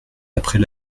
après